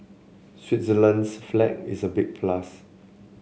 Switzerland's flag is a big plus